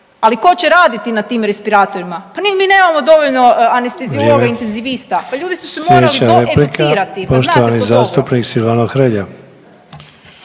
ali tko će raditi na tim respiratorima. Pa mi nemamo dovoljno anesteziologa …/Upadica: Vrijeme./… intenzivista, pa ljudi su se morali doeducirati,